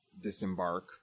disembark